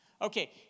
Okay